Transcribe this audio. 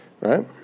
Right